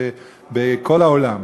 בכל העולם.